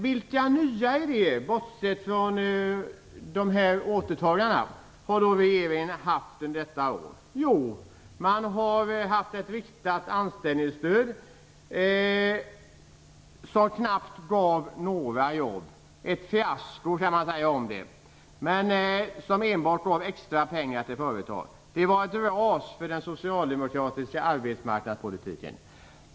Vilka nya idéer, bortsett från återtagarna, har regeringen haft under året? Man har haft ett riktat anställningsstöd som knappt gav några jobb. Ett fiasko, skulle man kunna säga. Det gav enbart extra pengar till företagen. Det var ett ras för den socialdemokratiska arbetsmarknadspolitiken.